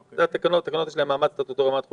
לתקנות יש מעמד סטטוטורי, מעמד חוקי.